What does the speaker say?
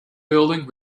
building